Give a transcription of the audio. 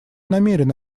намерен